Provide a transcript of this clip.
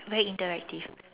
very interactive